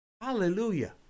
Hallelujah